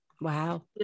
wow